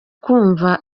kumva